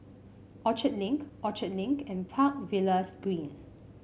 Orchard Link Orchard Link and Park Villas Green